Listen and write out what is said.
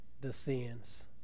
descends